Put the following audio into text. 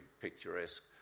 picturesque